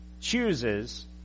chooses